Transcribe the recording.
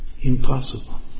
impossible